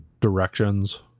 directions